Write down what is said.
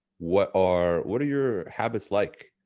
what are what are your habits like,